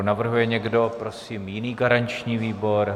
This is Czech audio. Navrhuje někdo prosím jiný garanční výbor?